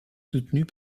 soutenus